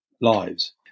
lives